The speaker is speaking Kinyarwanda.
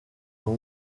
uwo